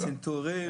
צינתורים,